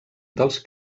dels